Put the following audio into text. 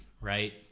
right